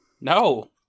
No